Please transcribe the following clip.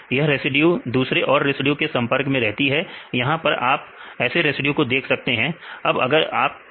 यह रेसिड्यू दूसरे और रेसिड्यू के संपर्क में रहती है यहां पर आप ऐसे रेसिड्यू तो देख सकते हैं